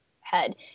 Head